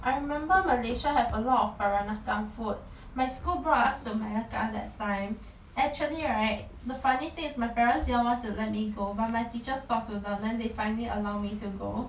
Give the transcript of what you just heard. I remember malaysia have a lot of peranakan food my school brought us to malacca that time actually right the funny thing is my parents don't want to let me go but my teachers talk to then they finally allow me to go